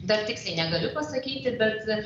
dar tiksliai negaliu pasakyti bet